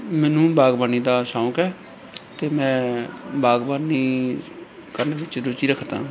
ਮੈਨੂੰ ਬਾਗਬਾਨੀ ਦਾ ਸੌਂਕ ਹੈ ਅਤੇ ਮੈਂ ਬਾਗਬਾਨੀ ਕਰਨ ਵਿੱਚ ਰੁਚੀ ਰੱਖਦਾ